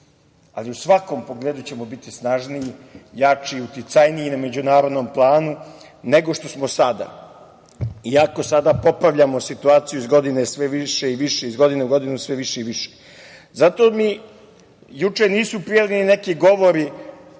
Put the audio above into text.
ali u svakom pogledu ćemo biti snažniji, jači, uticajniji na međunarodnom planu, nego što smo sada, iako sada popravljamo situaciju iz godine sve više i više, iz godine u godinu sve više i više. Zato mi juče nisu prijali ni neki govori